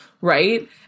right